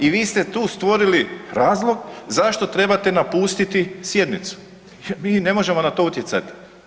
I vi ste tu stvorili razlog zašto trebate napustiti sjednicu, mi ne možemo na to utjecati.